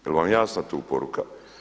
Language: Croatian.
Jel vam jasna tu poruka?